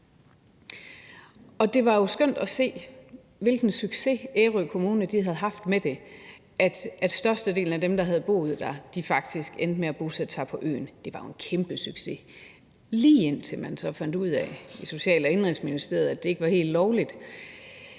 Det var jo skønt at se, hvilken succes Ærø Kommune havde med det, fordi størstedelen af dem, der havde boet der, faktisk endte med at bosætte sig på øen. Det var jo en kæmpesucces; lige indtil man så fandt ud af i Social- og